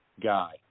Guy